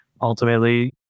ultimately